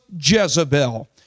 Jezebel